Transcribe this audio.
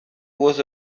was